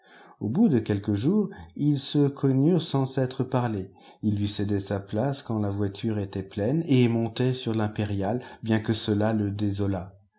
au bout de quelques jours ils se connurent sans s'être parlé il lui cédait sa place quand la voiture était pleine et montait sur l'impériale bien que cela le désolât